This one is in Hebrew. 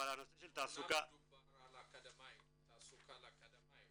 אבל הנושא של תעסוקה --- גם דובר על תעסוקה לאקדמאים.